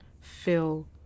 fill